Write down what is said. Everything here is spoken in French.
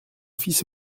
fils